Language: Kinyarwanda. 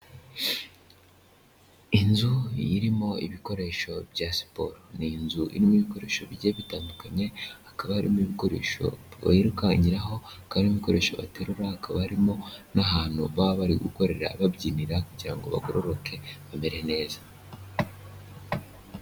Inzu irimo ibikoresho bya siporo, ni inzu irimo ibikoresho bigiye bitandukanye, hakaba harimo ibikorerisho birukankiraho, hakaba harimo ibikoresho baterura hakaba harimo n'ahantu baba bari gukorera babyinira kugira ngo bagororoke bamere neza.